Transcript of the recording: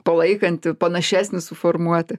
palaikantį panašesnį suformuoti